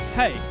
Hey